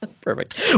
Perfect